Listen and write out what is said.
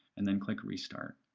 and then click restart.